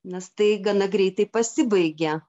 nes tai gana greitai pasibaigia